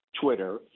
Twitter